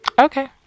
okay